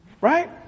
right